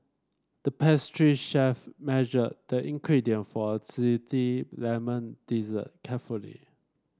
the pastry chef measured the ingredient for a lemon dessert carefully